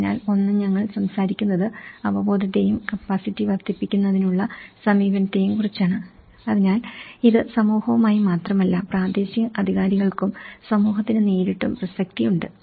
അതിനാൽ ഒന്ന് ഞങ്ങൾ സംസാരിക്കുന്നത് അവബോധത്തെയും കപ്പാസിറ്റി വർദ്ധിപ്പിക്കുന്നതിനുള്ള സമീപനത്തെയും കുറിച്ചാണ് അതിനാൽ ഇത് സമൂഹവുമായി മാത്രമല്ല പ്രാദേശിക അധികാരികൾക്കും സമൂഹത്തിന് നേരിട്ടും പ്രസക്തിയുണ്ട്